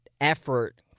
effort